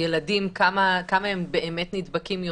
ילדים, כמה הם באמת נדבקים יותר?